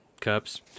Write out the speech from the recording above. cups